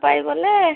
ପାଇଗଲେ